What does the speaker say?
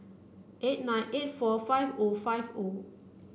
eight nine eight four five O five O